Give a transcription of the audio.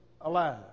alive